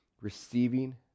receiving